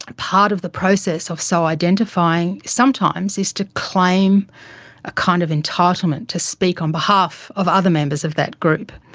ah part of the process of so identifying sometimes is to claim a kind of entitlement to speak on behalf of other members of that group.